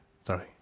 sorry